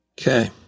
Okay